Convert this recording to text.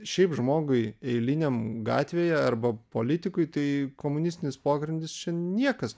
šiaip žmogui eiliniam gatvėje arba politikui tai komunistinis pogrindis čia niekas